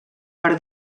per